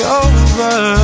over